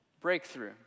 breakthrough